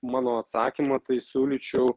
mano atsakymą tai siūlyčiau